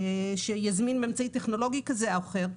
שיזמין באמצעי טכנולוגי כזה או אחר,